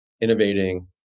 innovating